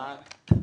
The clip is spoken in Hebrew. קוראים